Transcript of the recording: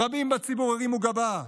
רבים בציבור הרימו גבה,